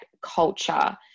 culture